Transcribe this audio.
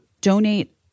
donate